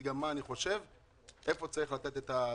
מה אני חושב איפה צריך לתת את הדגש.